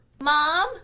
Mom